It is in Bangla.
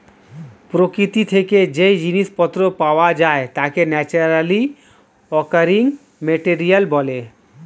প্রকৃতি থেকে যেই জিনিস পত্র পাওয়া যায় তাকে ন্যাচারালি অকারিং মেটেরিয়াল বলে